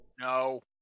No